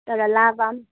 तर लाभा पनि